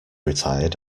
retired